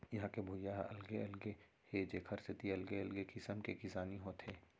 इहां के भुइंया ह अलगे अलगे हे जेखर सेती अलगे अलगे किसम के किसानी होथे